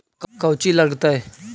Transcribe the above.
कौची लगतय?